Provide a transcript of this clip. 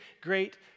great